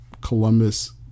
Columbus